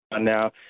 now